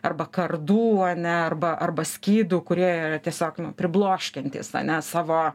arba kardų ane arba arba skydų kurie yra tiesiog pribloškiantys ane savo